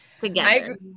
together